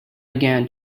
again